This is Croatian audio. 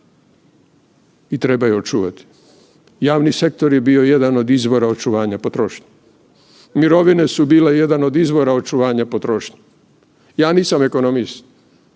i treba je očuvati. Javni sektor je bio jedan od izvora očuvanja potrošnje. Mirovine su bile jedan od izvora očuvanja potrošnje. Ja nisam ekonomist